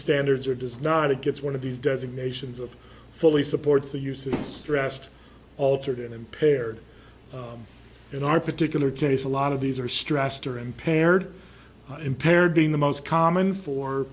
standards or does not it gets one of these designations of fully supports the use of stressed altered impaired in our particular case a lot of these are stressed or impaired impaired being the most common